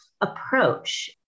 approach